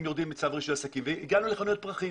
יורדים מצו רישוי עסקים והגענו לחנויות פרחים.